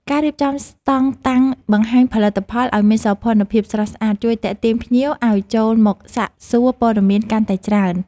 ការរៀបចំស្តង់តាំងបង្ហាញផលិតផលឱ្យមានសោភ័ណភាពស្រស់ស្អាតជួយទាក់ទាញភ្ញៀវឱ្យចូលមកសាកសួរព័ត៌មានកាន់តែច្រើន។